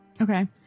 Okay